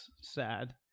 sad